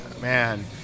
man